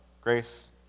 Grace